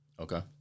Okay